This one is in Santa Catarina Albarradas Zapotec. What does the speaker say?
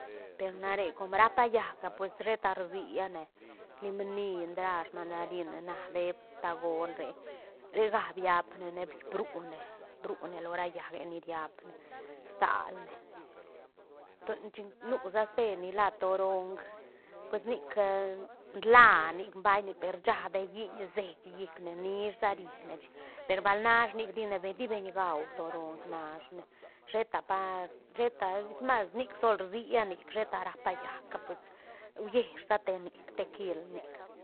Per na re com ra pa llaäc ga pues sheta rsiane lim ni, ndrash, mandarin na dep tagol re re ga viap ne ne brune- brune lo ra llaäcge ni riapne stal ne to- chin nu sa ste ni la torong pues nic ndla nic nbaik nic per rsha dee lliñ seit llicne nish sa rine chic per bal nash nic dine be di beñ gau torong nash ne sheta pa sheta es mas nic sol rsia nic sheta ra pa llaäcga pues huiesh sa te nic te kil nic.